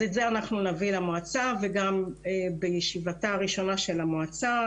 אז את זה אנחנו נביא למועצה וגם בישיבתה הראשונה של המועצה